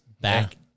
back